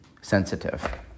sensitive